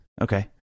okay